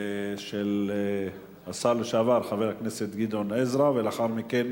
של השר לשעבר חבר הכנסת גדעון עזרא, ולאחר מכן